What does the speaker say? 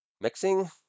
mixing